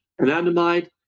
anandamide